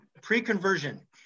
pre-conversion